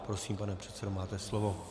Prosím, pane předsedo, máte slovo.